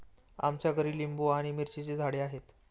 आमच्या घरी लिंबू आणि मिरचीची झाडे आहेत